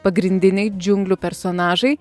pagrindiniai džiunglių personažai